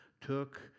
took